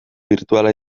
birtuala